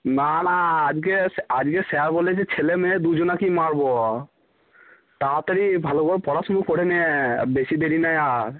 না না আজকে আজকে স্যার বলেছে ছেলেমেয়ে দুজনাকেই মারবো তাড়াতাড়ি ভালো করে পড়াশুনো করে নে বেশি দেরি নেই আর